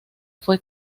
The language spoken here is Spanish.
fue